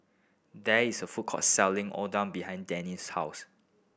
there is a food court selling Oden behind Denny's house